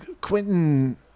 Quentin